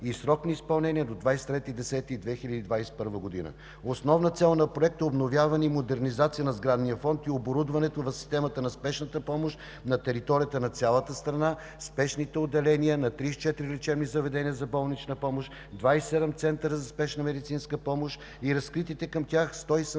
и срок на изпълнение до 23 октомври 2021 г. Основна цел на Проекта е обновяване и модернизация на сградния фонд и оборудването в системата на спешната помощ на територията на цялата страна, спешните отделения на 34 лечебни заведения за болнична помощ, 27 центъра за спешна медицинска помощ и разкритите към тях 170 филиала